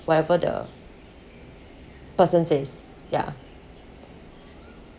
whatever the person says ya